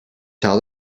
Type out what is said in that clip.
tell